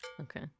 Okay